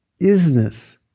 isness